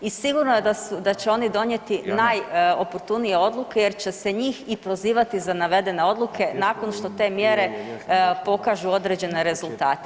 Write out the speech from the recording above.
I sigurno je da će oni donijeti najoportunije odluke jer će se njih i prozivati i za navedene odluke nakon što te mjere pokažu određene rezultate.